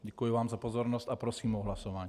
Děkuji vám za pozornost a prosím o hlasování.